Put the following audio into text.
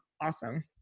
awesome